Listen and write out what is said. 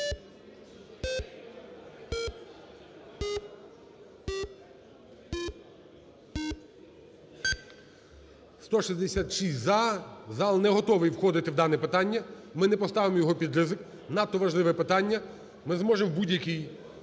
166 – за. Зал не готовий входити в дане питання. Ми не поставимо його під ризик, надто важливе питання. Ми зможемо в будь-який